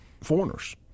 foreigners